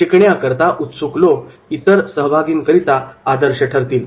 शिकण्याकरता उत्सुक लोक इतर सहभागींकरिता आदर्श ठरतील